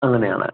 അങ്ങനെയാണ്